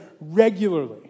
regularly